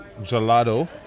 gelato